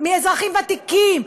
מאזרחים ותיקים,